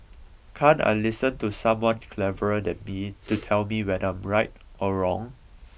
can't I listen to someone cleverer than me to tell me whether I am right or wrong